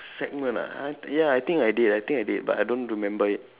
segment ah I ya I think I did I think I did but I don't remember it